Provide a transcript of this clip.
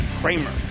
Kramer